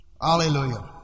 Hallelujah